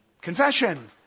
Confession